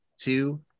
two